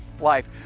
life